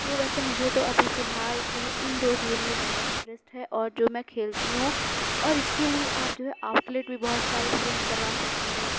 تو ویسے مجھے تو ابھی فی الحال جو ہے اِن ڈورس گیم میں زیادہ انٹریسٹ ہے اور جو میں کھیلتی ہوں اور اِس کے لئے آپ جو ہے آؤٹ لیٹ بھی بہت سارے فریم کروا سکتے ہیں